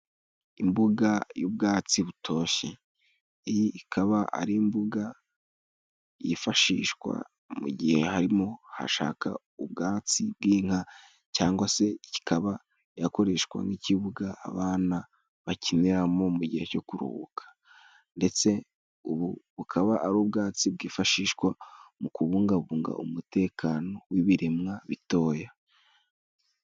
Imbuga y'ubwatsi butoshye. Iyi ikaba ari imbuga yifashishwa mu gihe harimo hashaka ubwatsi bw'inka, cyangwa se kikaba yakoreshwa nk'ikibuga abana bakiniramo mu gihe cyo kuruhuka. Ndetse ubu bukaba ari ubwatsi bwifashishwa, mu kubungabunga umutekano w'ibiremwa bitoya.